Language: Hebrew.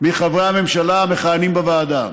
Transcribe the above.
מחברי הממשלה המכהנים בוועדה.